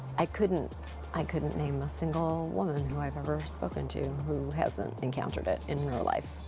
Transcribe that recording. i couldn't i couldn't name a single woman who i have ever spoken to who hasn't encountered it in her life.